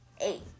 eight